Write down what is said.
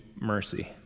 mercy